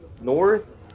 north